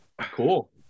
Cool